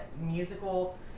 musical